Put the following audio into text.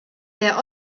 der